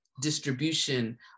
distribution